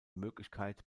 möglichkeit